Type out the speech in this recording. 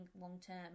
long-term